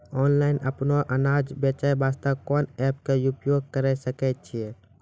Online अपनो अनाज बेचे वास्ते कोंन एप्प के उपयोग करें सकय छियै?